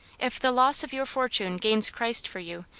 if the loss of your fortune gains christ for you,